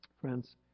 Friends